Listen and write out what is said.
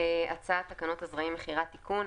הצעת תקנות הזרעים (מכירה)(תיקון),